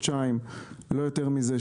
לא יותר מזה,